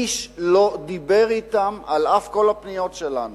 איש לא דיבר אתם על אף כל הפניות שלנו?